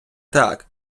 так